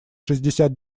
шестьдесят